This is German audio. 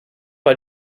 bei